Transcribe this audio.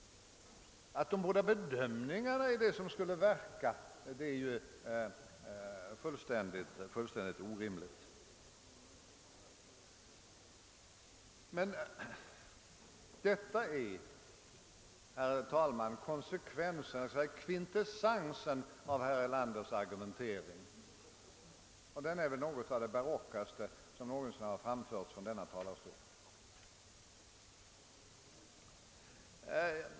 Att det är våra respektive bedömningar som skulle vara utslagsgivande är ju fullständigt orimligt. Detta är emellertid, herr talman, kvintessensen av herr Erlanders argumentering, och den är väl något av det barockaste som framförts från denna talarstol.